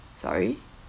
sorry